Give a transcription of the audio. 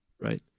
right